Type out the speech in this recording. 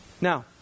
Now